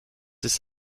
ist